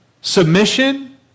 Submission